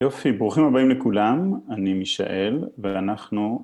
יופי ברוכים הבאים לכולם, אני מישאל ואנחנו